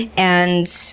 and